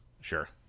Sure